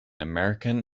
american